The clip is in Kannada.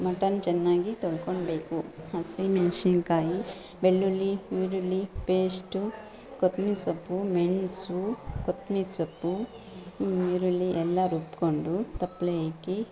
ಮಟನ್ ಚೆನ್ನಾಗಿ ತೊಳ್ಕೊಬೇಕು ಹಸಿಮೆಣಸಿನಕಾಯಿ ಬೆಳ್ಳುಳ್ಳಿ ಈರುಳ್ಳಿ ಪೇಸ್ಟು ಕೊತ್ಮೀರಿ ಸೊಪ್ಪು ಮೆಣಸು ಕೊತ್ಮೀರಿ ಸೊಪ್ಪು ಈರುಳ್ಳಿ ಎಲ್ಲ ರುಬ್ಕೊಂಡು ತಪ್ಪಲೆಯಿಕ್ಕಿ